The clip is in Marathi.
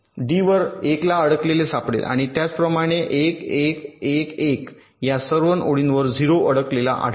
डी वर 1 ला अडकलेले सापडेल आणि त्याचप्रमाणे 1 1 1 1 या सर्व ओळींवर 0 वर अडकलेला आढळेल